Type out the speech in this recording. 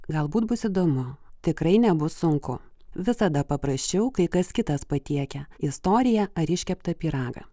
galbūt bus įdomu tikrai nebus sunku visada paprasčiau kai kas kitas patiekia istoriją ar iškeptą pyragą